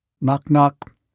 Knock-knock